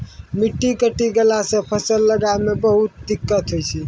मिट्टी कटी गेला सॅ फसल लगाय मॅ बहुते दिक्कत होय छै